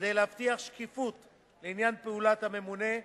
כדי להבטיח שקיפות לעניין פעולת הממונה,